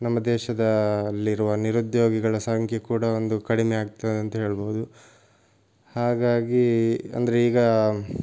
ನಮ್ಮ ದೇಶದಲ್ಲಿರುವ ನಿರುದ್ಯೋಗಿಗಳ ಸಂಖ್ಯೆ ಕೂಡ ಒಂದು ಕಡಿಮೆ ಆಗ್ತದಂತ ಹೇಳ್ಬೋದು ಹಾಗಾಗಿ ಅಂದರೆ ಈಗ